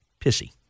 pissy